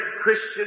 Christian